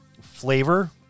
flavor